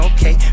Okay